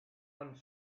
one